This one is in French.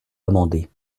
amendé